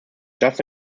just